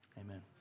amen